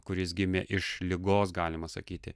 kuris gimė iš ligos galima sakyti